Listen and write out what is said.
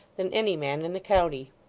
than any man in the county.